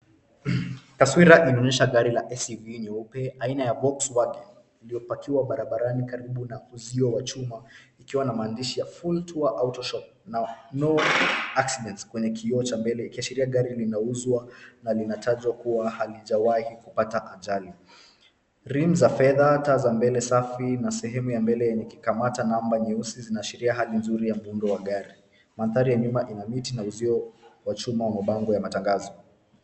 Taswira inaonyesha gari la SUV nyeupe aina ya Volkwagen iliyopakiwa barabarani karibu na uzio wa chuma ikiwa na maandishi ya full tour autoshop na no accidents kwenye kioo cha mbele ikiashiria gari linauzwa na linatajwa kuwa halijawahi pata ajali. Rim za fedha, taa za mbele safi na sehemu ya mbele yenye kikamata namba nyeusi zinaashiria hali nzuri ya muundo wa gari. Mandhari ya nyuma ina miti na uzio wa chuma wa mabango ya matangazo.